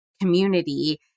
community